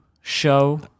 show